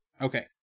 Okay